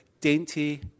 dainty